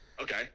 Okay